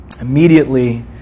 immediately